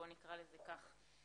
בוא נקרא לזה כך.